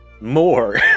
more